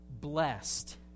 blessed